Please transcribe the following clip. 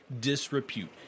Disrepute